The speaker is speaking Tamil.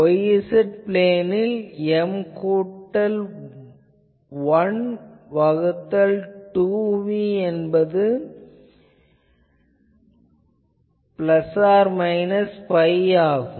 இங்கு y z பிளேனில் M கூட்டல் 1 வகுத்தல் 2 v என்பது கூட்டல் மைனஸ் பை ஆகும்